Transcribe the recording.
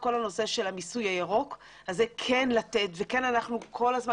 כל הנושא של המיסוי הירוק וזה כן לתת וכל הזמן